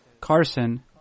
Carson –